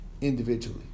individually